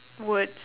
words